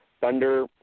Thunder